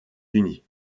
unis